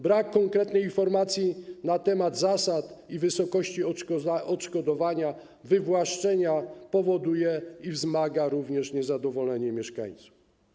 Brak konkretnej informacji na temat zasad i wysokości odszkodowania oraz wywłaszczenia powoduje i wzmaga również niezadowolenie mieszkańców.